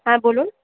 হ্যাঁ বলুন